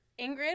Ingrid